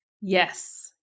Yes